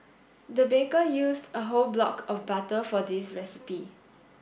the baker used a whole block of butter for this recipe